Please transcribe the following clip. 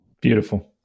Beautiful